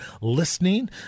listening